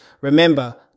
Remember